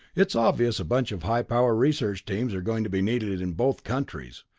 it's obvious a bunch of high-power research teams are going to be needed in both countries.